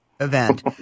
Event